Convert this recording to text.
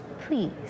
Please